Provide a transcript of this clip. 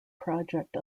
project